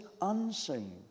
unseen